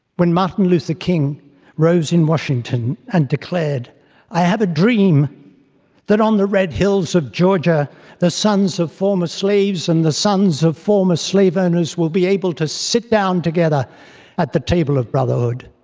when martin luther king rose in washington and declared i have a dream that on the red hills of georgia the sons of former slaves and the sons of former slave owners will be able to sit down together at the table of brotherhood.